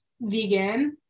vegan